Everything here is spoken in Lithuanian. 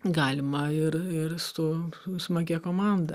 galima ir ir su smagia komanda